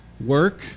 work